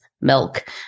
milk